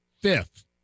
fifth